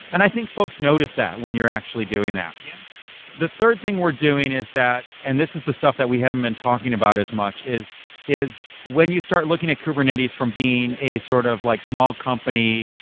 and i think folks notice that when you're actually doing that. yeah the third thing we're doing is that, and this is the stuff that we haven't been talking about as much, is is when you start looking at kubernetes from being a sort of like small company,